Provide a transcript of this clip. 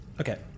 Okay